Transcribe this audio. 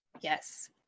Yes